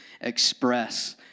express